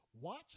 Watch